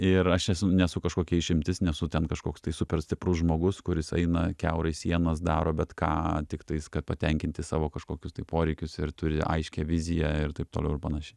ir aš esu nesu kažkokia išimtis nesu ten kažkoks tai super stiprus žmogus kuris eina kiaurai sienas daro bet ką tiktais kad patenkinti savo kažkokius tai poreikius ir turi aiškią viziją ir taip toliau ir panašiai